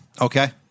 Okay